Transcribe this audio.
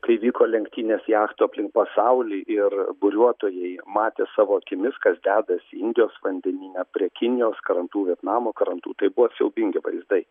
kai vyko lenktynės jachtų aplink pasaulį ir buriuotojai matė savo akimis kas dedasi indijos vandenyne prie kinijos krantų vietnamo krantų tai buvo siaubingi vaizdai